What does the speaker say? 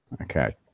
Okay